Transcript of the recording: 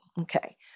Okay